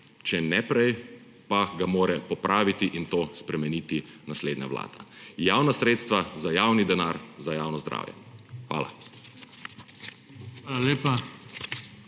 Če ne prej, pa ga mora popraviti in to spremeniti naslednja vlada. Javna sredstva, za javni denar, za javno zdravje! Hvala.